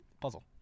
puzzle